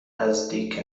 نزدیک